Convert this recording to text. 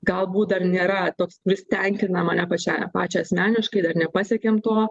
galbūt dar nėra toks kuris tenkina mane pačią pačią asmeniškai dar nepasiekėm to